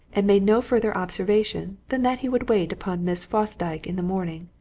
and made no further observation than that he would wait upon miss fosdyke in the morning,